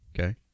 Okay